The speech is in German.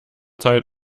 zeit